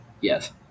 Yes